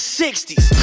60's